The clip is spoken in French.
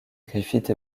griffith